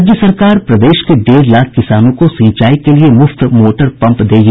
राज्य सरकार प्रदेश के डेढ़ लाख किसानों को सिंचाई के लिए मुफ्त मोटर पम्प देगी